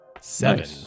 Seven